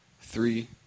three